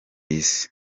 isi